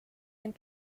and